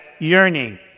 yearning